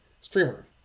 streamer